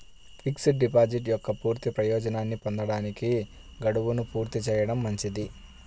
fixed deposit యొక్క పూర్తి ప్రయోజనాన్ని పొందడానికి, గడువును పూర్తి చేయడం మంచిది